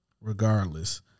regardless